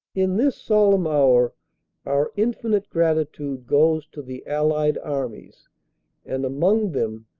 in this solemn hour our infinite gratitude goes to the allied armies and, among them,